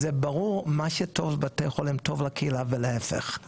זה ברור, מה שטוב לבתי החולים טוב לקהילה ולהיפך.